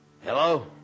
Hello